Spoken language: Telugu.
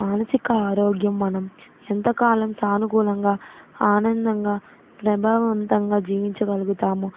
మానసిక ఆరోగ్యం మనం ఎంతకాలం సానుకూలంగా ఆనందంగా ప్రభావంతంగా జీవించగలుగుతాము